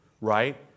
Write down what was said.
Right